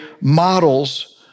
models